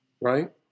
right